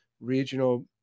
regional